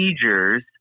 procedures